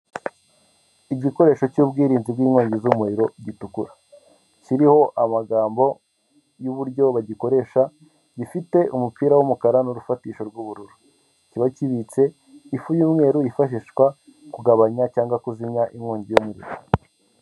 Igikoresho cy'ubwirinzi bw'inkongi z'umuriro gitukura, kiriho amagambo y'uburyo bagikoresha gifite umupira w'umukara n'urufatisho rw'ubururu, kiba kibitse ifu y'umweru yifashishwa kugabanya cyangwa kuzimya inkongi y'umuriro.